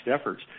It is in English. efforts